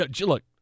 look